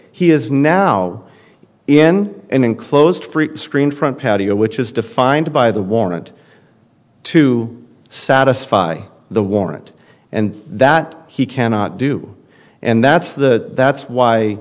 he is now in an enclosed screened front patio which is defined by the warrant to satisfy the warrant and that he cannot do and that's the that's why